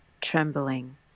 trembling